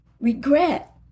regret